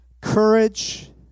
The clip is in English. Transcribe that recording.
Courage